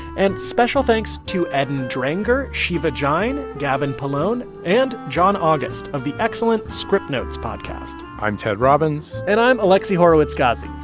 and special thanks to eden dranger, shiva jain, gavin polone and john august of the excellent scriptnotes podcast i'm ted robbins and i'm alexi horowitz-ghazi.